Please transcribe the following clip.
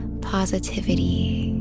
positivity